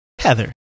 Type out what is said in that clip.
Heather